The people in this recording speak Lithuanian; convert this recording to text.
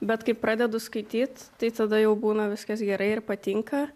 bet kai pradedu skaityt tai tada jau būna viskas gerai ir patinka